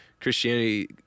Christianity